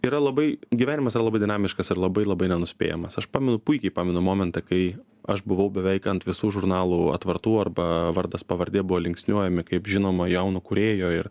yra labai gyvenimas yra labai dinamiškas ir labai labai nenuspėjamas aš pamenu puikiai pamenu momentą kai aš buvau beveik ant visų žurnalų atvartų arba vardas pavardė buvo linksniuojami kaip žinoma jauno kūrėjo ir